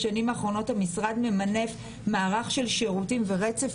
בשנים האחרונות המשרד ממנף מערך ורצף